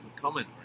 comment